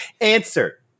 answer